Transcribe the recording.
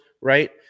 right